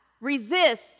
Resist